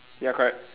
ya correct